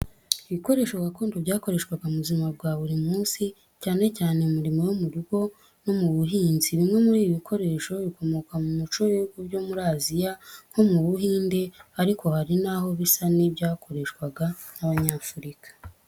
Ibikoresho gakondo byakoreshwaga mu buzima bwa buri munsi cyane cyane mu mirimo yo mu rugo no mu buhinzi. Bimwe muri ibi bikoresho bikomoka mu muco w’ibihugu byo muri Aziya nko mu Buhinde ariko hari n'aho bisa n’ibyakoreshwaga n’Abanyafurika.